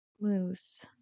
moose